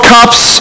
Cups